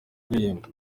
kuririmba